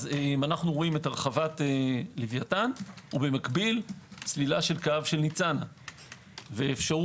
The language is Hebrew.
אם אנו רואים את הרחבת לוויתן ובמקביל סלילת קו ניצנה ואפשרות